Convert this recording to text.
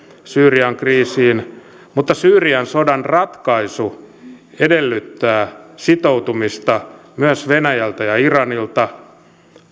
syyrian kriisiin mutta syyrian sodan ratkaisu edellyttää sitoutumista myös venäjältä ja ja iranilta